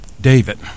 David